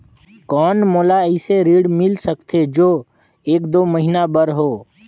कौन मोला अइसे ऋण मिल सकथे जो एक दो महीना बर हो?